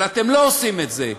אבל אתם לא עושים את זה,